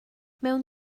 mewn